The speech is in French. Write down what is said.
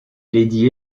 lady